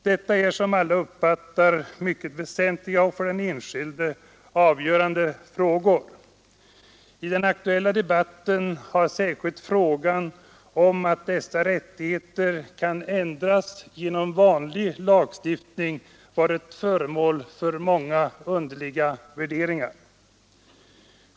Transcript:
Detta är, som alla uppfattar det, mycket väsentliga och för den enskilde avgörande frågor. I den aktuella debatten har särskilt frågan om att dessa rättigheter kan ändras genom vanlig lagstiftning varit föremål för mycket underliga värderingar.